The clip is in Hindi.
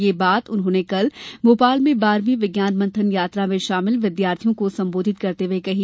यह बात उन्होंने कल भोपाल में बारहवीं विज्ञान मंथन यात्रा में शामिल विद्यार्थियों को संबोधित करते हुए कही